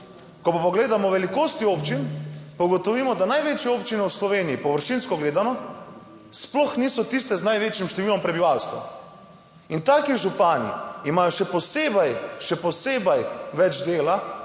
ko pa pogledamo velikosti občin, pa ugotovimo, da največje občine v Sloveniji površinsko gledano sploh niso tiste z največjim številom prebivalstva, in taki župani imajo še posebej, še posebej več dela,